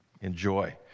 Enjoy